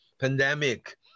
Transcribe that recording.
pandemic